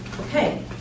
okay